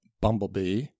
Bumblebee